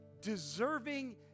deserving